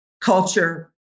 culture